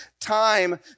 time